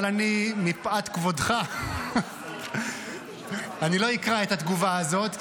אבל מפאת כבודך אני לא אקרא את התגובה הזאת,